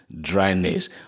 dryness